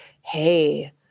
Hey